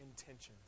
intentions